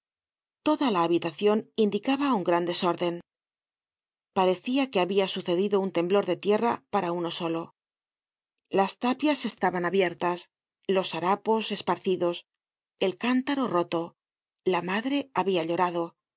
toda la habitacion indicaba un gran desorden parecia que habia sucedido un temblor de tierra para uno solo las tapias estaban abiertas los harapos esparcidos el cántaro roto la madre habia llorado